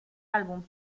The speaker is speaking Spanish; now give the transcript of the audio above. álbum